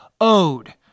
owed